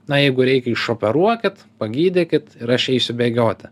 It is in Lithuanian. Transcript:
na jeigu reikia išoperuokit pagydykit ir aš eisiu bėgioti